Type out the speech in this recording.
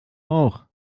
auch